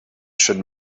should